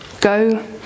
Go